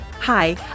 Hi